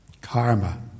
karma